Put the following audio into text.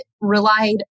relied